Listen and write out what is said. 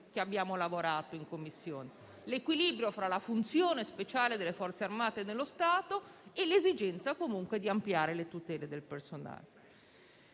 che abbiamo lavorato in Commissione, quello fra la funzione speciale delle Forze armate dello Stato e l'esigenza di ampliare le tutele del personale.